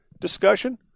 discussion